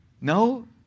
No